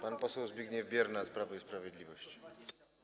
Pan poseł Zbigniew Biernat, Prawo i Sprawiedliwość.